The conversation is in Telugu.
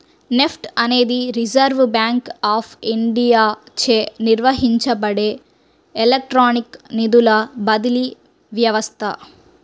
నెఫ్ట్ అనేది రిజర్వ్ బ్యాంక్ ఆఫ్ ఇండియాచే నిర్వహించబడే ఎలక్ట్రానిక్ నిధుల బదిలీ వ్యవస్థ